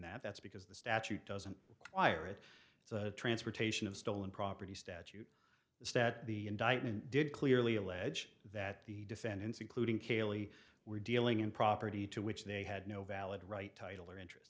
that that's because the statute doesn't require it so transportation of stolen property statute the stat the indictment did clearly allege that the defendants including caylee were dealing in property to which they had no valid right title or interest